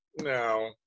no